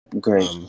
Great